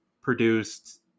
produced